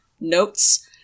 notes